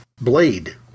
blade